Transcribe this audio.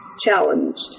challenged